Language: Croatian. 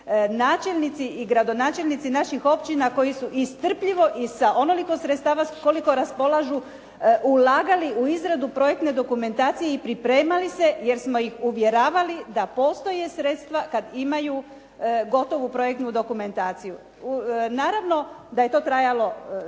načelnici i gradonačelnici naših općina koji su i strpljivo i sa onoliko sredstava s koliko raspolažu ulagali u izradu projektne dokumentacije i pripremali se, jer smo ih uvjeravali da postoje sredstva kad imaju gotovu projektnu dokumentaciju. Naravno da je to trajalo